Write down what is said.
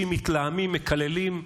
מלהגים, מקשקשים, מתלהמים, מקללים,